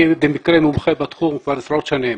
אני במקרה מומחה בתחום כבר עשרות שנים.